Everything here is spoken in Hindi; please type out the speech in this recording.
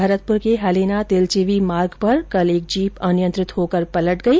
भरतपुर के हलेना तिलचिवी मार्ग पर कल एक जीप अनियंत्रित होकर पलट गई